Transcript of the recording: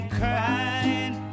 crying ¶¶